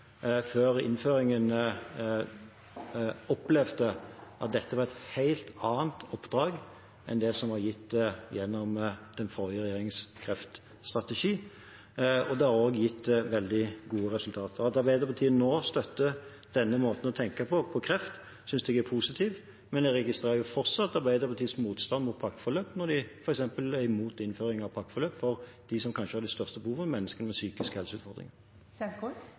før innføringen, opplevde at dette var et helt annet oppdrag enn det som var gitt gjennom den forrige regjeringens kreftstrategi. Det har også gitt veldig gode resultater. At Arbeiderpartiet nå støtter denne måten å tenke på om kreft, synes jeg er positivt, men jeg registrerer fortsatt Arbeiderpartiets motstand mot pakkeforløp når de f.eks. er imot innføring av pakkeforløp for dem som kanskje har det største behovet – mennesker med